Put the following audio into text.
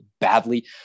badly